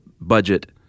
budget